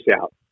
out